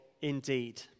indeed